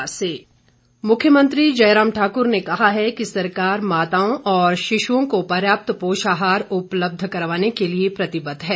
मुख्यमंत्री मुख्यमंत्री जयराम ठाकुर ने कहा है कि सरकार माताओं और शिशुओं को पर्याप्त पोषाहार उपलब्ध करवाने के लिए प्रतिबद्व है